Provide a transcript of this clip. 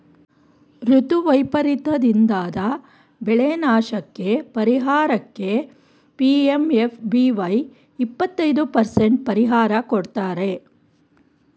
ಋತು ವೈಪರೀತದಿಂದಾದ ಬೆಳೆನಾಶಕ್ಕೇ ಪರಿಹಾರಕ್ಕೆ ಪಿ.ಎಂ.ಎಫ್.ಬಿ.ವೈ ಇಪ್ಪತೈದು ಪರಸೆಂಟ್ ಪರಿಹಾರ ಕೊಡ್ತಾರೆ